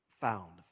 found